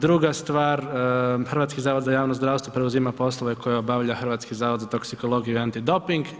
Druga stvar, Hrvatski zavod za javno zdravstvo preuzima poslove koje obavlja Hrvatski zavod za toksikologiju i antidoping.